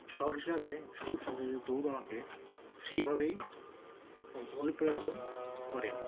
শখ হিসাবে শুধু দৌড়ানোকে সেভাবেই অনুপ্রাণিত করেন